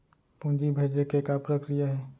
पूंजी भेजे के का प्रक्रिया हे?